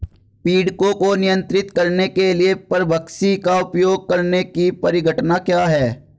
पीड़कों को नियंत्रित करने के लिए परभक्षी का उपयोग करने की परिघटना क्या है?